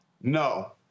No